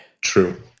True